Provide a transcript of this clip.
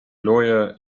lawyer